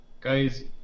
Guys